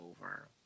over